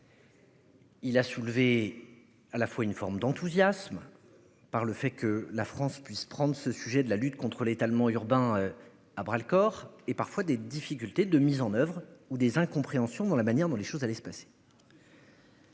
Il a soulevé à la fois une forme d'enthousiasme. Par le fait que la France puisse prendre ce sujet de la lutte contre l'étalement urbain à bras le corps et parfois des difficultés de mise en oeuvre ou des incompréhensions dans la manière dont les choses allaient se passer.